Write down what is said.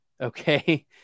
okay